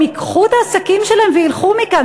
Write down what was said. הם ייקחו את העסקים שלהם וילכו מכאן.